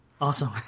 Awesome